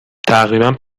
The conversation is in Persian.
تقریبا